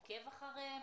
עוקב אחריהם?